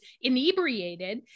inebriated